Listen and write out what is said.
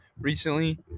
recently